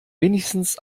wenigstens